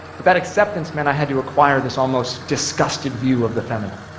but that acceptance meant i had to acquire this almost disgusted view of the feminine,